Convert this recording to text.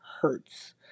hurts